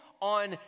on